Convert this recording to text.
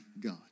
God